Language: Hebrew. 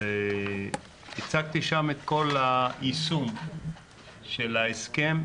הצגתי שם את כל היישום של ההסכם,